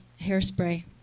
hairspray